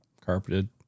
carpeted